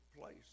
place